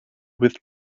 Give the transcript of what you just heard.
with